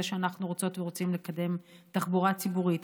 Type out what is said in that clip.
שאנחנו רוצות ורוצים לקדם תחבורה ציבורית,